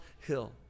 Hill